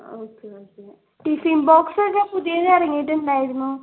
okay okay tiffin box ഒക്കെ പുതിയത് ഇറങ്ങിയിട്ടുണ്ടായിരുന്നു